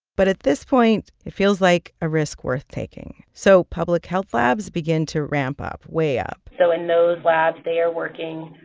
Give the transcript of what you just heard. but at this point, it feels like a risk worth taking. so public health labs begin to ramp up way up so in those labs, they are working,